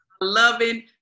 loving